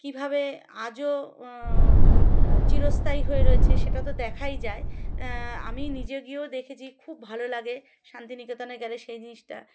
কীভাবে আজও চিরস্থায়ী হয়ে রয়েছে সেটা তো দেখাই যায় আমি নিজে গিয়েও দেখেছি খুব ভালো লাগে শান্তিনিকেতনে গেলে সেই জিনিসটা